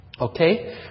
Okay